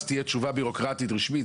אז תהיה תשובה ביורוקרטית רשמית,